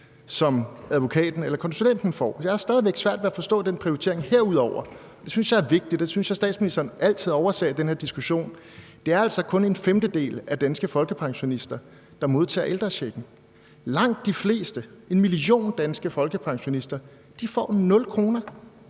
som advokaten eller konsulenten får. Jeg har stadig væk svært ved at forstå den prioritering. Herudover, og det synes jeg er vigtigt, og det synes jeg at statsministeren altid overser i den her diskussion, er det altså kun en femtedel af danske folkepensionister, der modtager ældrechecken. Langt de fleste, en million danske folkepensionister, får 0 kr.